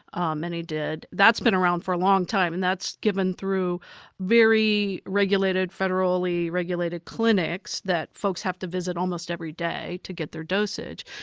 many did. that's been around for a long time and that's given through very regulated, federally regulated clinics that folks have to visit almost every day to get their dosage.